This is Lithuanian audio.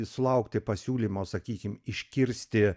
sulaukti pasiūlymo sakykim iškirsti